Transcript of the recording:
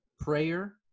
Prayer